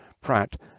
Pratt